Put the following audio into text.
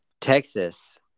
Texas